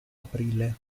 aprile